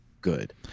good